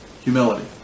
Humility